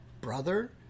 brother